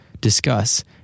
discuss